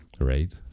Right